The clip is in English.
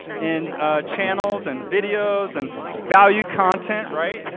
and ah channels and videos and value content, right?